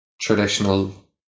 traditional